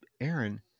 Aaron